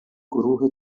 گروه